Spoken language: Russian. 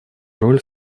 роль